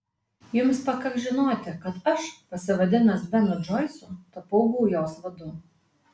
jums pakaks žinoti kad aš pasivadinęs benu džoisu tapau gaujos vadu